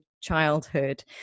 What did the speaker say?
childhood